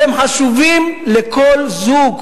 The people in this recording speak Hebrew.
שהם חשובים לכל זוג?